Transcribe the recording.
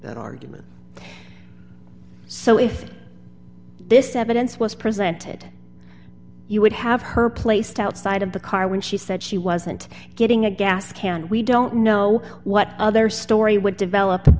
that argument so if this evidence was presented you would have her placed outside of the car when she said she wasn't getting a gas can we don't know what other story would develop